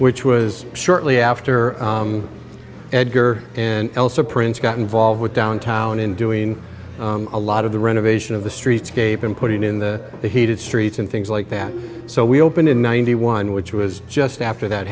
which was shortly after edgar and elsa prince got involved with downtown in doing a lot of the renovation of the streetscape and putting in the heated streets and things like that so we opened in ninety one which was just after that